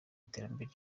iterambere